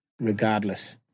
regardless